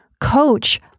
coach